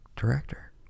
director